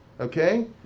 Okay